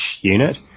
unit